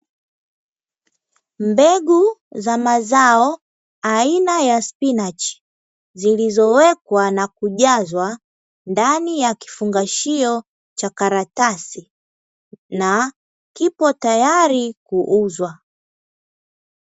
Mbegu za mazao aina ya spinachi, zilizowekwa na kujazwa, ndani ya kifungashio cha karatasi, na kipo tayari kuuzwa.